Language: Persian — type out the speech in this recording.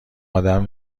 آدم